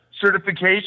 certification